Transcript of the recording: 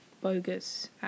bogus